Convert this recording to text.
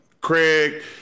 Craig